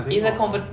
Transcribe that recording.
is a compe~